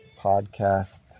Podcast